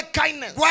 kindness